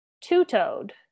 two-toed